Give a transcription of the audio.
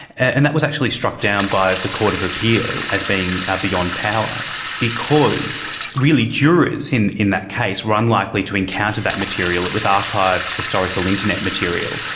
and that was actually struck down by the court of appeal as being beyond power because really the jurors in in that case were unlikely to encounter that material, it was archived, historical internet material.